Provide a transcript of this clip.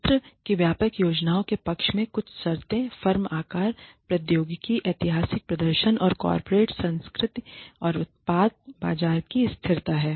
संयंत्र की व्यापक योजनाओं के पक्ष में कुछ शर्तें फर्म आकार प्रौद्योगिकी ऐतिहासिक प्रदर्शन और कॉर्पोरेट संस्कृति और उत्पाद बाजार की स्थिरता हैं